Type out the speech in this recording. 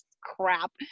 crap